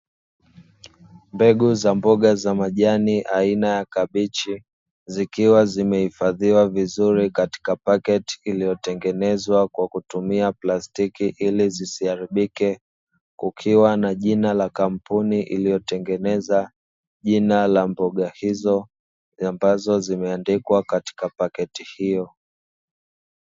Mbegu za mboga za majani aina ya kabichi, zikiwa zimehifadhiwa vzuri katika paketi iliyotengenezwa kwa kutumia plastiki ili zisiharibike, kukiwa na jina la kampuni iliyotengeneza jina la mboga hizo ambazo zimeandikwa katika paketi hiyo.